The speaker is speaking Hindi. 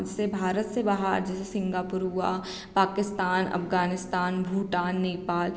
जैसे भारत से बाहर जैसे सिंगापुर हुआ पाकिस्तान अफ़ग़ानिस्तान भूटान नेपाल